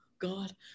god